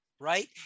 Right